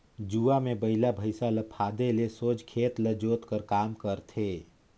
जुवा मे बइला भइसा ल फादे ले सोझ खेत ल जोत कर काम करथे